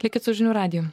tiek kitų žinių radiju